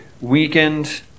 weakened